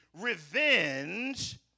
revenge